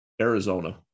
Arizona